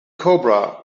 cobra